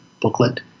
booklet